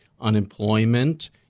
unemployment